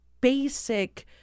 basic